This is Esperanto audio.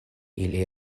ili